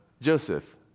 Joseph